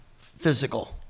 physical